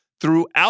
throughout